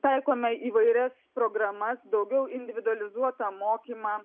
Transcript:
taikome įvairias programas daugiau individualizuotą mokymą